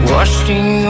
Washing